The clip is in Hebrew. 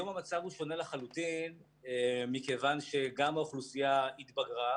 היום המצב הוא שונה לחלוטין מכיוון שגם האוכלוסייה התבגרה,